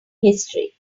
history